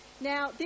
Now